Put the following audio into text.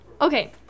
Okay